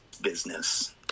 business